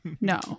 No